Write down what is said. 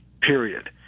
period